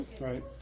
right